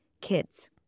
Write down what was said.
kids